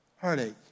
heartache